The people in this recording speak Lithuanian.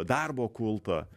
darbo kultą